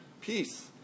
peace